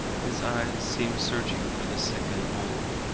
his eyes seem searching for the sick and old,